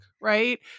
right